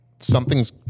something's